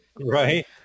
Right